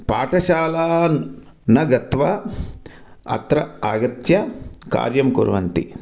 पाठशालाः न गत्वा अत्र आगत्य कार्यं कुर्वन्ति